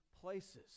places